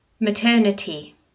Maternity